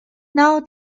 now